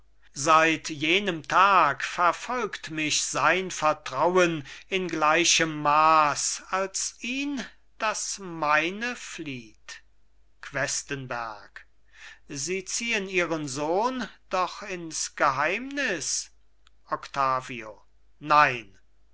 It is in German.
seit jenem tag verfolgt mich sein vertrauen in gleichem maß als ihn das meine flieht questenberg sie ziehen ihren sohn doch ins geheimnis octavio nein